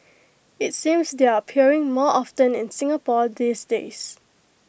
IT seems they're appearing more often in Singapore these days